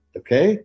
okay